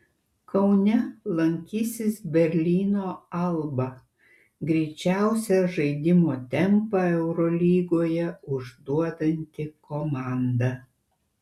kaune lankysis berlyno alba greičiausią žaidimo tempą eurolygoje užduodanti komanda